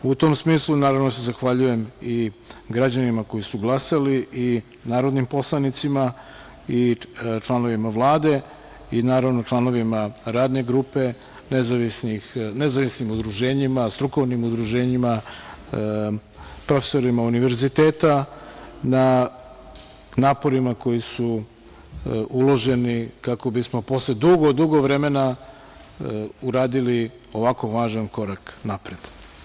Naravno, zahvaljujem se građanima koji su glasali, narodnih poslanicima i članovima Vlade i naravno članovima Radne grupe, nezavisnim udruženjima, strukovnim udruženjima, profesorima univerziteta na naporima koji su uloženi kako bismo posle dugo, dugo vremena uradili ovako važan korak napred.